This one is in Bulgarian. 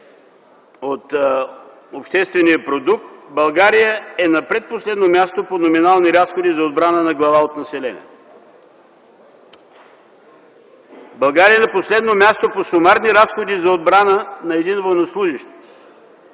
от обществения продукт, България е на предпоследно място по номинални разходи за отбрана на глава от населението. България е на последно място по сумарни разходи за отбрана на един военнослужещ.